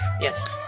Yes